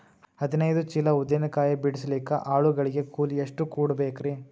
ಹದಿನೈದು ಚೀಲ ಉದ್ದಿನ ಕಾಯಿ ಬಿಡಸಲಿಕ ಆಳು ಗಳಿಗೆ ಕೂಲಿ ಎಷ್ಟು ಕೂಡಬೆಕರೀ?